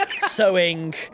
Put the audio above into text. sewing